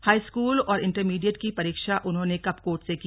high school और intermediate की परीक्षा उन्होंने कपकोट से की